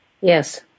Yes